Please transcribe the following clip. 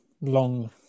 long